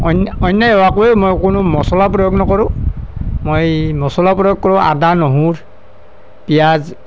অন্যায় হোৱাকৈ মই কোনো মছলা প্ৰয়োগ নকৰোঁ মই মছলা প্ৰয়োগ কৰোঁ আদা নহৰু পিয়াঁজ